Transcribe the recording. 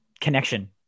connection